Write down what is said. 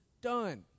done